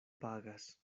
pagas